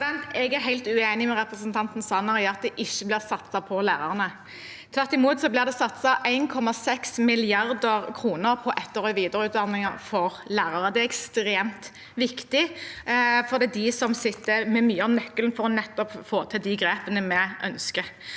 Jeg er helt uenig med representanten Sanner i at det ikke blir satset på lærerne. Tvert imot: Det blir satset 1,6 mrd. kr på etter- og videreutdanning for lærere. Det er ekstremt viktig, for det er de som sitter på mye av nøkkelen for nettopp å få til de grepene vi ønsker.